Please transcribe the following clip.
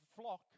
flock